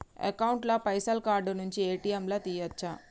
Account ల పైసల్ card నుండి ఏ.టి.ఎమ్ లా తియ్యచ్చా?